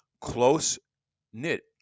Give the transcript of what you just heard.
close-knit